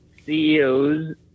CEOs